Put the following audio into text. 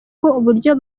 uburyo